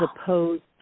opposed